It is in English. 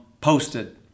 posted